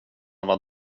vad